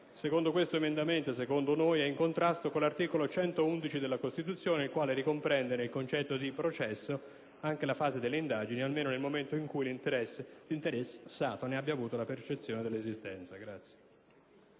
secondo questo emendamento e secondo noi, è in contrasto con l'articolo 111 della Costituzione, il quale ricomprende nel concetto di processo anche la fase delle indagini, almeno nel momento in cui l'interessato abbia avuto la percezione della loro esistenza.